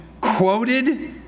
quoted